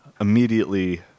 immediately